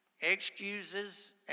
excuses